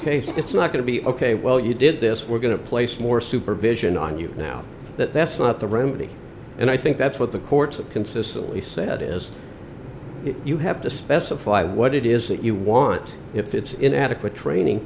case it's not going to be ok well you did this we're going to place more supervision on you now that that's not the remedy and i think that's what the courts have consistently said is you have to specify what it is that you want if it's in adequate training